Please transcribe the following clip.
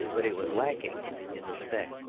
but it was lacking in respect.